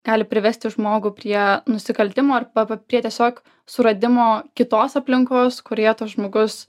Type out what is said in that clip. gali privesti žmogų prie nusikaltimo arba prie tiesiog suradimo kitos aplinkos kurioje tas žmogus